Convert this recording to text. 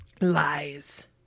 Lies